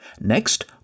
Next